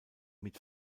mit